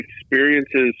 experiences